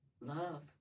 love